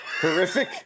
horrific